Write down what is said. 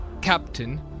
captain